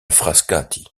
frascati